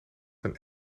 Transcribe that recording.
een